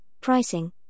pricing